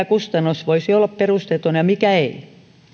kustannus voisi olla perusteeton ja mikä ei